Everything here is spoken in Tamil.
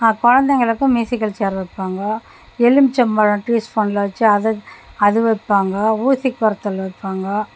குழந்தைங்களுக்கும் ம்யூசிக்கல் ஷேர் வைப்பாங்கோ எலுமிச்சம் பழம் டீஸ்பூனில் வச்சு அதை அது வைப்பாங்கோ ஊசி கோர்த்தல் வைப்பாங்கோ